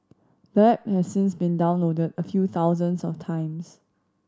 the app has since been downloaded a few thousands of times